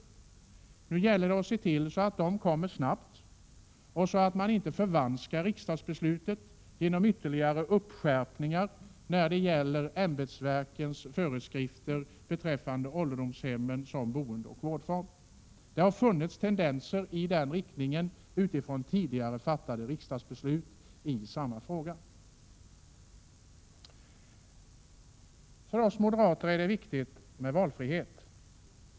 Det gäller nu att se till att de kommer snabbt och att inte riksdagsbeslutet förvanskas genom. ytterligare uppskärpningar i ämbetsverkens föreskrifter beträffande ålderdomshemmen som boendeoch vårdform. Det har nämligen funnits tendenser i den riktningen beträffande tidigare fattade riksdagsbeslut i samma fråga. För oss moderater är det viktigt med valfrihet.